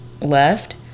left